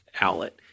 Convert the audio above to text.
outlet